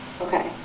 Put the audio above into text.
Okay